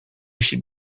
should